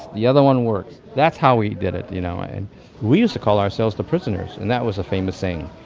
the other one works. that's how we did it. you know and we used to call ourselves the prisoners and that was a famous saying.